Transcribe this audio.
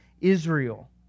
Israel